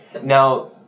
now